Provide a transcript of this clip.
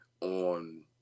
on